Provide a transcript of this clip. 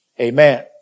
Amen